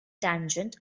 tangent